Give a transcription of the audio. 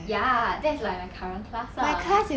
ya that's like my current class lah